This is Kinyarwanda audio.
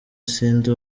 sindi